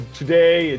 today